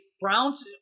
Browns